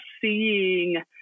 seeing